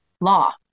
law